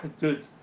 good